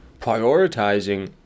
prioritizing